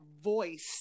voice